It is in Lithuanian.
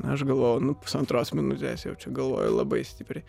aš galvojau nu pusantros minutės jau čia galvoju labai stipriai